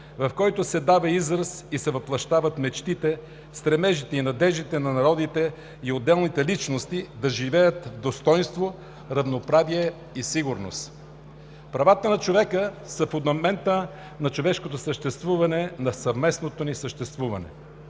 в който се дава израз и се въплъщават мечтите, стремежите и надеждите на народите и отделните личности да живеят с достойнство, равноправие и сигурност. Правата на човека са фундаментът на човешкото ни и съвместно съществуване.